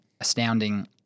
astounding